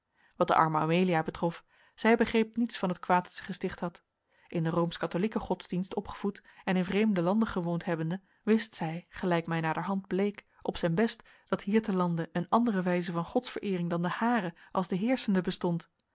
wat de arme amelia betrof zij begreep niets van het kwaad dat zij gesticht had in den roomsch catholieken godsdienst opgevoed en in vreemde landen gewoond hebbende wist zij gelijk mij naderhand bleek op zijn best dat hier te lande eene andere wijze van godsvereering dan de hare als de heerschende bestond